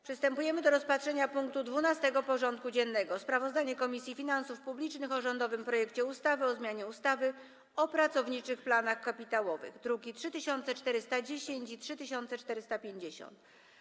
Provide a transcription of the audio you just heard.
Przystępujemy do rozpatrzenia punktu 12. porządku dziennego: Sprawozdanie Komisji Finansów Publicznych o rządowym projekcie ustawy o zmianie ustawy o pracowniczych planach kapitałowych (druki nr 3410 i 3450)